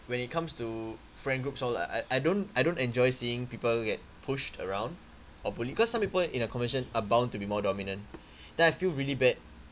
when it comes to friend groups all that like I I don't I don't enjoy seeing people get pushed around or bullied because some people in a conversation are bound to be more dominant then I feel really bad